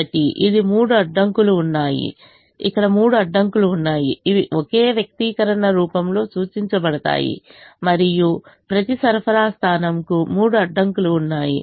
కాబట్టి ఇక్కడ మూడు అడ్డంకులు ఉన్నాయి ఇవి ఒకే వ్యక్తీకరణ రూపంలో సూచించబడతాయి మరియు ప్రతి సరఫరా స్థానంకు మూడు అడ్డంకులు ఉన్నాయి